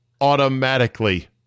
automatically